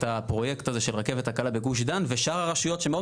הפרויקט הזה של רכבת קלה בגוש דן ושאר הרשויות שמאוד